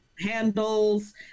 handles